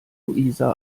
luisa